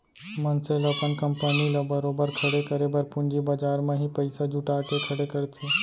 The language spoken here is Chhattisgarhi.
मनसे ल अपन कंपनी ल बरोबर खड़े करे बर पूंजी बजार म ही पइसा जुटा के खड़े करथे